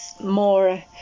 more